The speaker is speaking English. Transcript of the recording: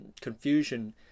confusion